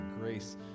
grace